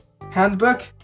Handbook